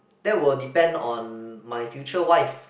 that will depend on my future wife